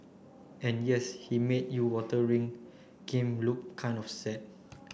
and yes he made your water ring game look kind of sad